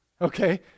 okay